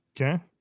Okay